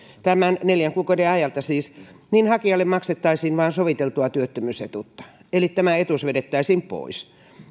tämän neljän kuukauden ajalta siis hakijalle maksettaisiin vain soviteltua työttömyysetuutta eli tämä etuus vedettäisiin pois